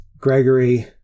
Gregory